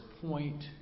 point